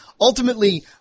ultimately